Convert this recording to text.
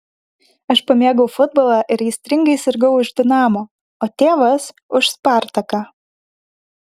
aš pamėgau futbolą ir aistringai sirgau už dinamo o tėvas už spartaką